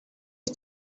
you